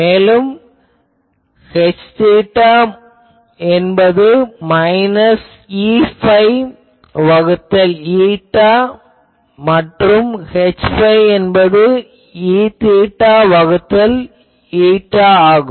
மேலும் Hθ என்பது Eϕ வகுத்தல் η மற்றும் Hϕ என்பது Eθ வகுத்தல் η ஆகும்